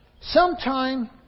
sometime